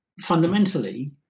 fundamentally